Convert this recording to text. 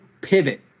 pivot